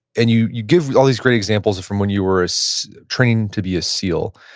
and you you give all these great examples from when you were ah so training to be a seal.